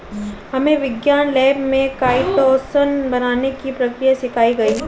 हमे विज्ञान लैब में काइटोसान बनाने की प्रक्रिया सिखाई गई